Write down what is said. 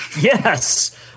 yes